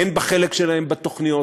הן בחלק שלהם בתוכניות,